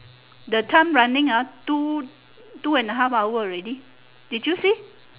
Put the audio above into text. the time running ah two two and a half hour already did you see